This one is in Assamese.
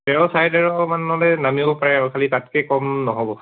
তেৰ চাৰে তেৰ মানলৈ নামিব পাৰে আৰু খালি তাতকৈ কম নহ'ব